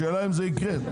השאלה אם זה יקרה.